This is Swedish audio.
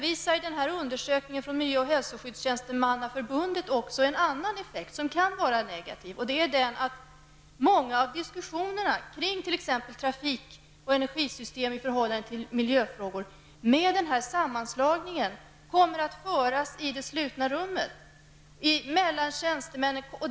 I undersökningen från Miljö och hälsoskyddstjänstemannaförbundet redovisas också en annan effekt, som kan vara negativ, nämligen att många av diskussionerna kring t.ex. trafik och energisystem i förhållandet till miljöfrågor i och med en sådan sammanslagning kommer att föras mellan tjänstemän i slutna rum.